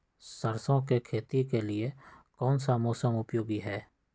सरसो की खेती के लिए कौन सा मौसम उपयोगी है?